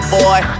boy